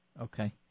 Okay